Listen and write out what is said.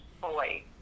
boy